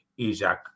Isaac